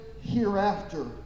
hereafter